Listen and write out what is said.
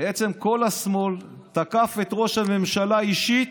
בעצם כל השמאל תקף את ראש הממשלה אישית,